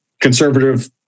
conservative